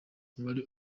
wari